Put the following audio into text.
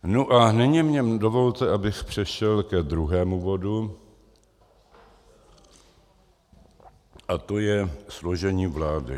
Nu a nyní mně dovolte, abych přešel ke druhému bodu, a to je složení vlády.